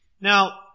Now